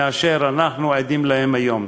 מאלה שאנחנו עדים להם היום.